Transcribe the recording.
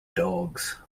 dogs